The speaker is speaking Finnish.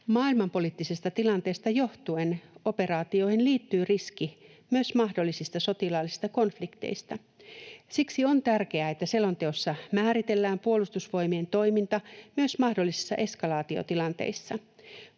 maailmanpoliittisesta tilanteesta johtuen operaatioihin liittyy riski myös mahdollisista sotilaallisista konflikteista. Siksi on tärkeää, että selonteossa määritellään Puolustusvoimien toiminta myös mahdollisissa eskalaatiotilanteissa.